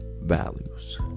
values